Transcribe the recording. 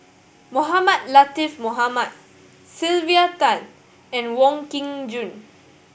Mohamed Latiff Mohamed Sylvia Tan and Wong Kin Jong